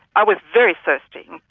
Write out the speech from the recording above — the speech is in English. i was very thirsty,